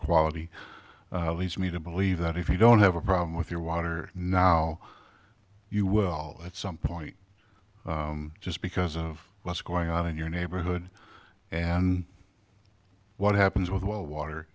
quality leads me to believe that if you don't have a problem with your water now you will at some point just because of what's going on in your neighborhood and what happens with wild water